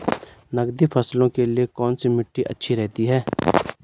नकदी फसलों के लिए कौन सी मिट्टी अच्छी रहती है?